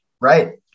Right